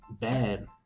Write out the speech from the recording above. bad